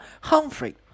Humphrey